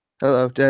Hello